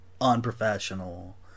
unprofessional